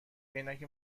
عینک